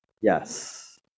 Yes